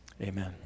Amen